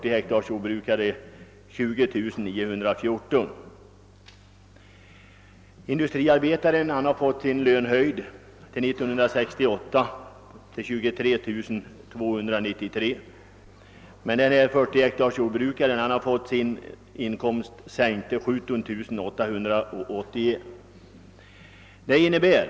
Industriarbetaren har från 1968 fått sin lön höjd till 23293 kronor, men jordbrukaren med 40 hektar jord har fått sin inkomst sänkt till 17 881 kronor.